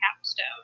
capstone